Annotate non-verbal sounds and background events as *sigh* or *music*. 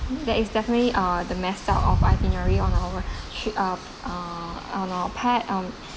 that is definitely uh the messed up of itinerary on our *noise* uh on our part um